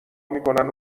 میکنن